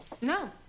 No